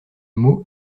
mot